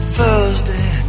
Thursday